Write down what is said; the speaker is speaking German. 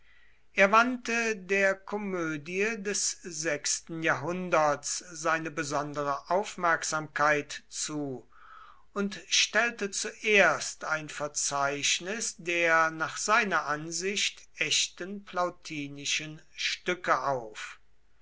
er wandte der komödie des sechsten jahrhunderts seine besondere aufmerksamkeit zu und stellte zuerst ein verzeichnis der nach seiner ansicht echten plautinischen stücke auf